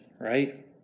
right